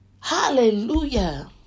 Hallelujah